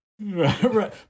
Right